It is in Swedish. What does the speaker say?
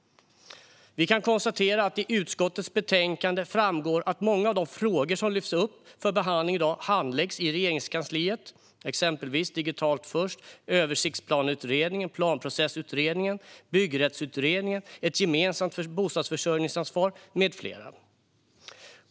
Vi kan konstatera att det i utskottets betänkande framgår att många av de frågor som lyfts upp för behandling i dag handläggs i Regeringskansliet. Det gäller exempelvis Digitalt först, Översiktsplaneutredningen, Planprocessutredningen, Byggrättsutredningen, Ett gemensamt bostadsförsörjningsansvar med flera.